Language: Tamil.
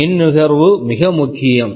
மின் நுகர்வு மிக முக்கியம்